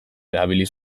erabili